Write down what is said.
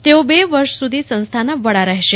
તેઓ લે વર્ષ સુધી સંસ્થાના વડા રહેશે